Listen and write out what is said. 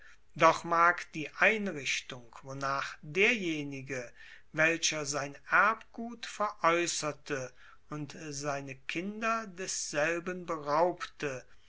doch mag die einrichtung wonach derjenige welcher sein erbgut veraeusserte und seine kinder desselben beraubte